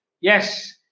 Yes